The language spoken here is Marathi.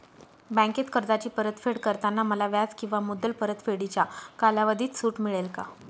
बँकेत कर्जाची परतफेड करताना मला व्याज किंवा मुद्दल परतफेडीच्या कालावधीत सूट मिळेल का?